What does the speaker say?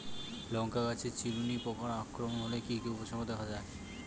লঙ্কা গাছের চিরুনি পোকার আক্রমণ হলে কি কি উপসর্গ দেখা যায়?